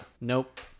Nope